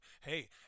hey